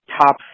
top